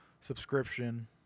subscription